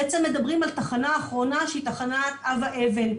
בעצם מדברים על תחנה אחרונה שהיא תחנת אבא אבן,